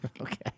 Okay